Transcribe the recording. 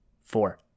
Four